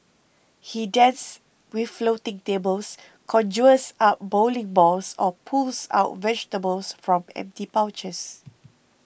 he dances with floating tables conjures up bowling balls or pulls out vegetables from empty pouches